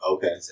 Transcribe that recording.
Okay